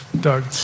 Doug